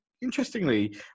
Interestingly